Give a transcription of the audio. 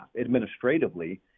administratively